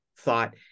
thought